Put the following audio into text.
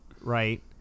right